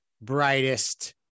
brightest